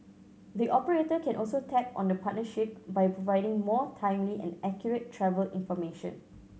the operator can also tap on the partnership by providing more timely and accurate travel information